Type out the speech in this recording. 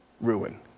ruin